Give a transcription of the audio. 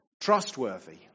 trustworthy